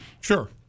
Sure